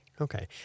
Okay